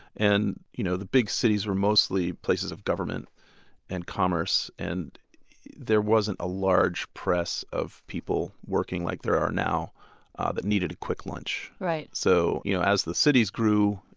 and you know the big cities were mostly places of government and commerce, and there wasn't a large press of people working like there are now that needed a quick lunch. so you know as the cities grew